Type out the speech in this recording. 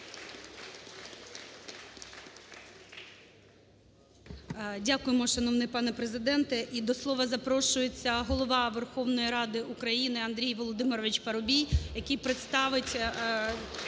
Дякуємо, шановний пане Президенте. І до слова запрошується Голова Верховної Ради України Андрій Володимирович Парубій, який представить